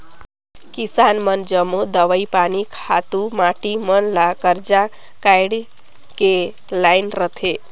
किसान मन जम्मो दवई पानी, खातू माटी मन ल करजा काएढ़ के लाएन रहथें